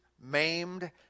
maimed